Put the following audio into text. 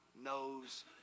knows